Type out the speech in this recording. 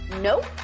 nope